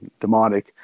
demonic